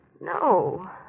No